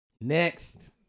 Next